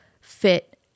fit